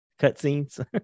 cutscenes